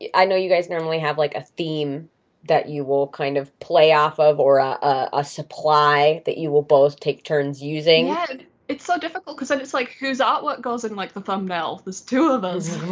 i know you guys normally have like a theme that you will kind of play off of or ah a supply that you will both take turns using. and it's so difficult cause like it's like who's out what goes in like the thumbnail? there's two of us.